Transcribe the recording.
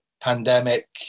pandemic